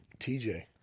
TJ